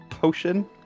potion